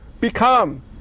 become